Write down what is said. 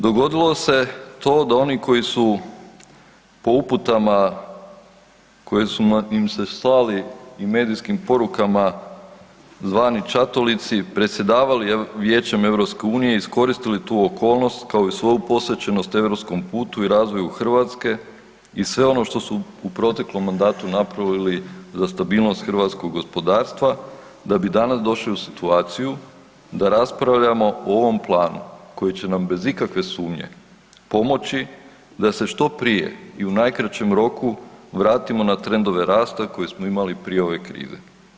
Dogodilo se to da oni koji su po uputama koje su slali i medijskim porukama zvani čatolici, predsjedavali Vijećem EU i iskoristili tu okolnost kao i svoju posvećenost europskom putu i razvoju Hrvatske i sve ono što su u proteklom mandatu napravili za stabilnost hrvatskog gospodarstva, da bi danas došli u situaciju da raspravljamo o ovom planu koji će nam bez ikakve sumnje pomoći da se što prije i u najkraćem roku vratimo na trendove rasta koje smo imali prije ove krize.